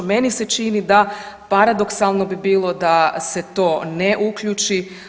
Meni se čini da paradoksalno bi bilo da se to ne uključi.